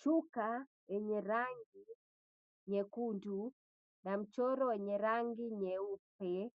Shuka lenye rangi nyekundu na mchoro wenye rangi nyeupe